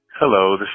Hello